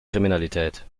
kriminalität